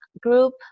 group